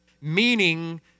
Meaning